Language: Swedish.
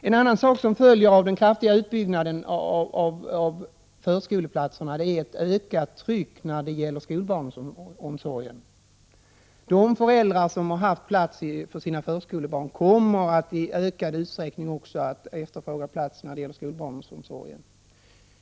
En annan sak som följer av den kraftiga utbyggnaden av förskoleplatserna är ett ökat tryck när det gäller skolbarnsomsorgen. De föräldrar som har haft plats i barnomsorgen för sina förskolebarn kommer att i ökad utsträckning också efterfråga plats i skolbarnsomsorgen.